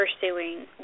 pursuing